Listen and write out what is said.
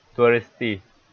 touristy